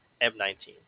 M19